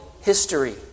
history